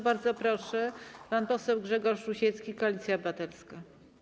Bardzo proszę, pan poseł Grzegorz Rusiecki, Koalicja Obywatelska.